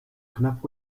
knapp